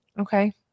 Okay